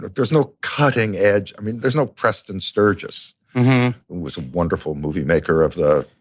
but there's no cutting edge. i mean there's no preston sturgess, who was a wonderful movie maker of the